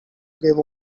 give